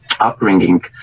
upbringing